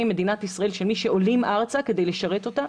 מדינת ישראל שמי שעולים ארצה כדי לשרת אותה,